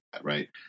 right